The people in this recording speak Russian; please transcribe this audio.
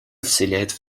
вселяет